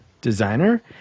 designer